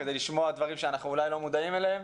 כדי לשמוע דברים שאנחנו אולי לא מודעים אליהם.